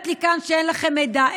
כאן שאין לכם מידע.